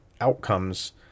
outcomes